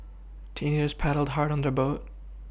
teenagers paddled hard on their boat